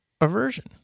aversion